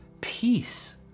peace